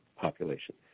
population